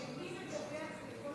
התשפ"ג 2023,